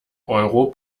euro